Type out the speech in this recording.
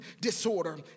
disorder